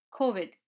COVID